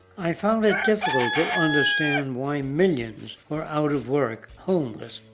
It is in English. i found it difficult to understand why millions were out of work, homeless,